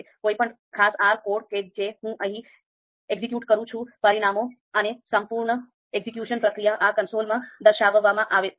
કોઈપણ ખાસ R code કે જે હું અહીં એક્ઝેક્યુટ કરું છું પરિણામો અને સંપૂર્ણ એક્ઝેક્યુશન પ્રક્રિયા આ consoleમાં દર્શાવવામાં આવશે